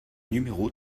numéro